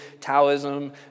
Taoism